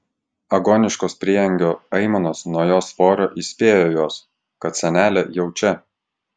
agoniškos prieangio aimanos nuo jos svorio įspėjo juos kad senelė jau čia